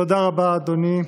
תודה רבה, אדוני.